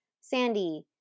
Sandy